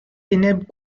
ténèbres